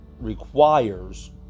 requires